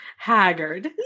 haggard